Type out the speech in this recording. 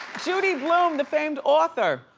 judy blume, the famed author.